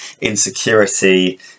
insecurity